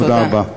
תודה רבה.